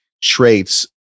traits